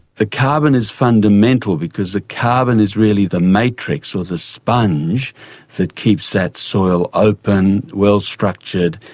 the carbon is fundamental because the carbon is really the matrix or the sponge that keeps that soil open, well structured,